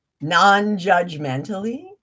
non-judgmentally